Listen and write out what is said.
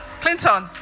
Clinton